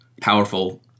powerful